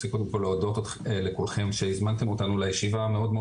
רוצה קודם כל להודות לכולכם שהזמנתם אותנו לישיבה המאוד מאוד